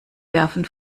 werfen